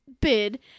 bid